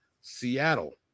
Seattle